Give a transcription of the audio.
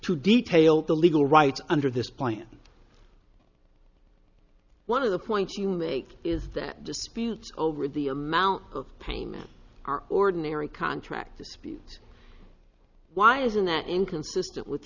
to detail the legal rights under this plan one of the points you make is that disputes over the amount of payment are ordinary contract disputes why isn't that inconsistent with